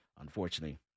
unfortunately